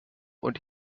und